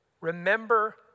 Remember